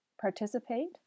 Participate